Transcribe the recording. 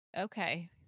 Okay